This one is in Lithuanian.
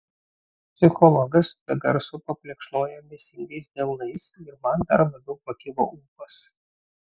psichologas be garso paplekšnojo mėsingais delnais ir man dar labiau pakilo ūpas